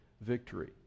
victory